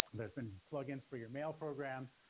there's been plugins for your mail program.